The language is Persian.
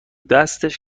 دستش